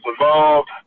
involved